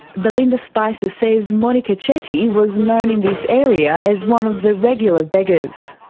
belinda spicer says monika chetty was known in this area as one of the regular beggars.